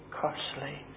costly